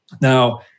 Now